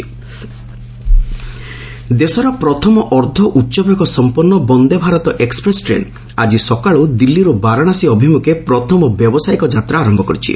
Vande Bharat express ଦେଶର ପ୍ରଥମ ଅର୍ଦ୍ଧ ଉଚ୍ଚବେଗ ସମ୍ପନ୍ନ ବନ୍ଦେ ଭାରତ ଏକ୍ୱପ୍ରେସ୍ ଟ୍ରେନ୍ ଆକି ସକାଳୁ ଦିଲ୍ଲୀରୁ ବାରାଣାସୀ ଅଭିମ୍ବଖେ ପ୍ରଥମ ବ୍ୟାବସାୟିକ ଯାତ୍ରା ଆରମ୍ଭ କରିଛି